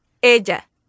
Ella